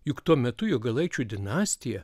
juk tuo metu jogailaičių dinastija